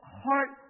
heart